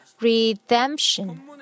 redemption